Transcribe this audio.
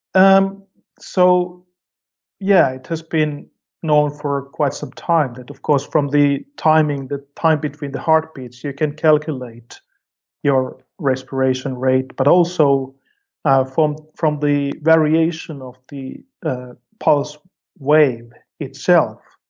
um so yeah. it has been known for quite some time that, of course from the timing the time between the heartbeats, you can calculate your respiration rate. but also from from the variation of the the pulse wave itself,